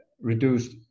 reduced